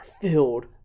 filled